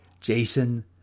Jason